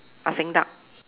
Ah-Seng duck